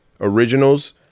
originals